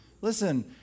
Listen